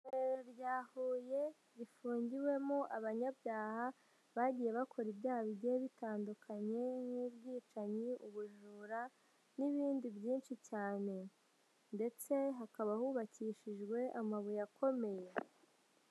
Igororero rya Huye rifungiwemo abanyabyaha bagiye bakora ibyaha bigiye bitandukanye nk'ubwicanyi, ubujura n'ibindi byinshi cyane ndetse hakaba hubakishijwe amabuye akomeye.